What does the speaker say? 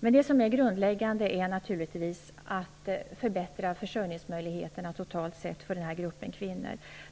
Men det som är grundläggande är naturligtvis att förbättra försörjningsmöjligheterna totalt sett för den här gruppen kvinnor.